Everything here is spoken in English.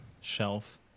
shelf